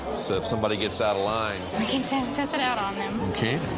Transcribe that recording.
so if somebody gets out of line we can test test it out on them. we can.